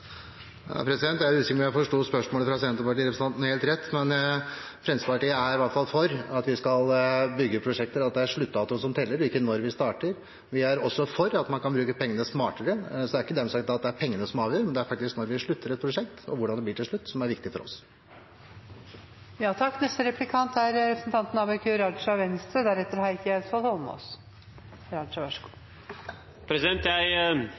Jeg er usikker på om jeg forsto spørsmålet fra senterpartirepresentanten helt rett, men Fremskrittspartiet er i hvert fall for at vi skal bygge prosjekter, og det er sluttdatoen som teller, og ikke når vi starter. Vi er også for at man kan bruke pengene smartere. Det er ikke dermed sagt at det er pengene som avgjør, men det er faktisk når man avslutter et prosjekt, og hvordan det blir til slutt, som er viktig for oss. Jeg kjenner representanten Stordalen, og jeg vet at han har et engasjement også for jernbanen og kollektivsatsingen. Jeg